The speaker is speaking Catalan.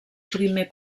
primer